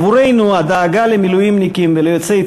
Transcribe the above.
עבורנו הדאגה למילואימניקים וליוצאי